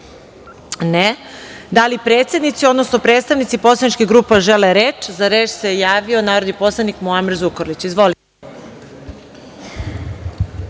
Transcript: (Ne.)Da li predsednici, odnosno predstavnici poslaničkih grupa žele reč? (Da.)Za reč se javio narodni poslanik Muamer Zukorlić. Izvolite.